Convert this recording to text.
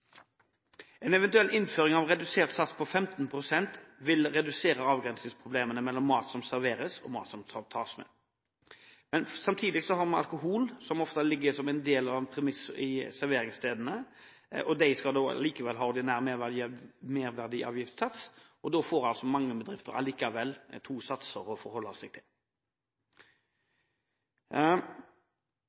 En eventuell innføring av redusert sats på 15 pst. vil redusere avgrensingsproblemene mellom mat som serveres, og mat som tas med, men alkohol – som ofte ligger som en premiss for serveringsstedene – skal likevel ha ordinær merverdiavgiftssats, og da får mange bedrifter likevel to satser å forholde seg til.